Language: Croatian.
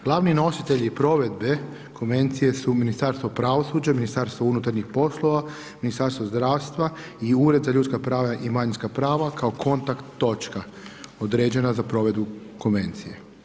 Glavni nositelji provedbe konvencije su Ministarstvo pravosuđa, Ministarstvo unutarnjih poslova, Ministarstvo zdravstva i Ured za ljudska prava i manjinska prava kao kontakt točka određena za provedbu konvencije.